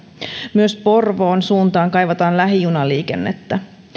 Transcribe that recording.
myös porvoon suuntaan kaivataan lähijunaliikennettä